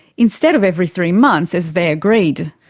instead of every three months as they agreed.